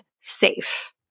safe